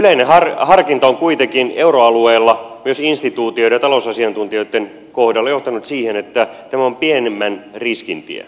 yleinen harkinta on kuitenkin euroalueella myös instituutioiden ja talousasiantuntijoitten kohdalla johtanut siihen että tämä on pienemmän riskin tie